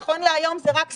נכון להיום זה רק סימפטומים.